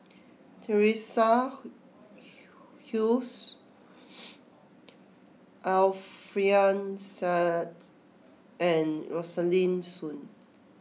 Teresa Hsu Alfian Sa'At and Rosaline Soon